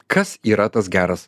kas yra tas geras